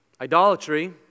Idolatry